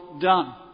done